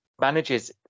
manages